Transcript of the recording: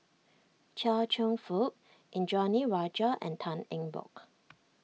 Chia Cheong Fook Indranee Rajah and Tan Eng Bock